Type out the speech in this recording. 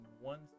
one